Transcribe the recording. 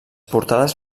portades